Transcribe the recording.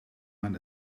man